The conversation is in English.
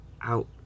out